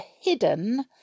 hidden